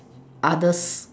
others